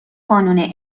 قانون